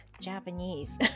Japanese